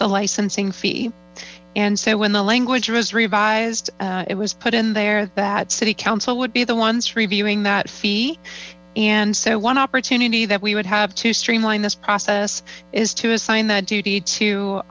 the licensing fee anansohehenhehe language was revised it was put in there that city council would be the ones reviewing that fee and so one opportunity that we would have to streamline this process is to assign tht duty to